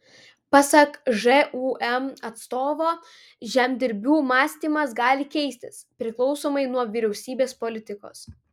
pasak žūm atstovo žemdirbių mąstymas gali keistis priklausomai nuo vyriausybės politikos